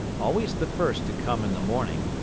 always the first to come in the morning,